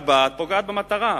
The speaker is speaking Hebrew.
אבל כשאת באה, את פוגעת במטרה.